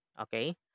Okay